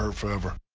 forever.